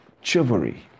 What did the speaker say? chivalry